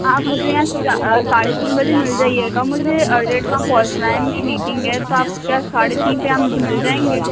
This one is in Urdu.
آپ مجھے یہاں ساڑھے تین بجے مل جائیے گا مجھے ارجنٹ وہاں پہنچنا ہے میری میٹنگ ہے تو آپ کیا ساڑھے تین پہ آپ مل جائیں گے